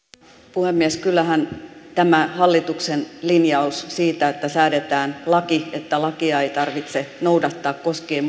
puhemies kyllähän tämä hallituksen linjaus siitä että säädetään laki että lakia ei tarvitse noudattaa koskien